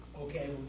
Okay